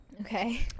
Okay